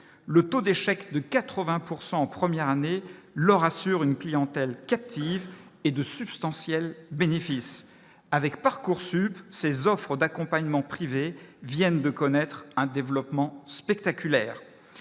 le taux d'échec de 80 pourcent 1ère année Laura sur une clientèle captive et de substantiels bénéfices avec Parcoursup ces offres d'accompagnement privés viennent de connaître un développement spectaculaire,